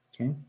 Okay